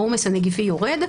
העומס הנגיפי יורד.